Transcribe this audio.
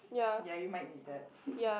ya you might need that